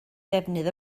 defnydd